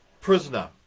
prisoner